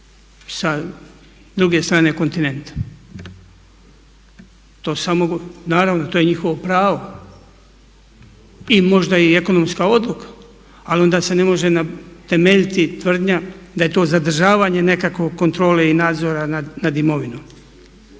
sa druge strane kontinenta? To samo, naravno to je njihovo pravo i možda i ekonomska odluka. ali onda se ne može temeljiti tvrdnja da je to zadržavanje nekakvog kontrole i nadzora nad imovinom.